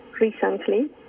recently